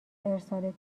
ارسال